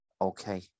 Okay